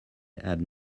had